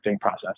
process